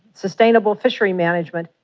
sustainable fishery management,